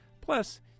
Plus